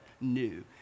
new